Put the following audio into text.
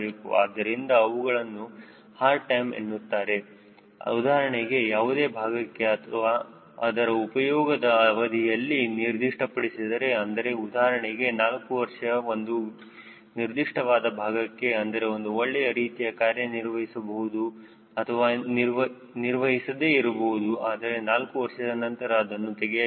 ಆದ್ದರಿಂದ ಅವುಗಳನ್ನು hard time ಎನ್ನುತ್ತಾರೆ ಉದಾಹರಣೆಗೆ ಯಾವುದೇ ಭಾಗಕ್ಕೆ ಅದರ ಉಪಯೋಗದ ಅವಧಿಯನ್ನು ನಿರ್ದಿಷ್ಟಪಡಿಸಿದರೆ ಅಂದರೆ ಉದಾಹರಣೆಗೆ 4 ವರ್ಷ ಒಂದು ನಿರ್ದಿಷ್ಟವಾದ ಭಾಗಕ್ಕೆ ಅಂದರೆ ಅದು ಒಳ್ಳೆಯ ರೀತಿಯಲ್ಲಿ ಕಾರ್ಯ ನಿರ್ವಹಿಸಬಹುದು ಅಥವಾ ನಿರ್ವಹಿಸದೇ ಇರಬಹುದು ಆದರೆ 4 ವರ್ಷದ ನಂತರ ಅದನ್ನು ತೆಗೆಯಬೇಕು